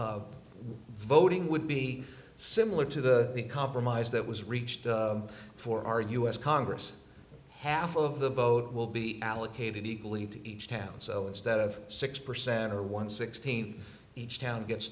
of voting would be similar to the compromise that was reached for our u s congress half of the vote will be allocated equally to each town so instead of six percent or one sixteenth each town gets